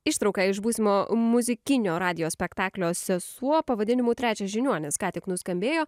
ištrauka iš būsimo muzikinio radijo spektaklio sesuo pavadinimu trečias žiniuonis ką tik nuskambėjo